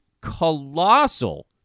colossal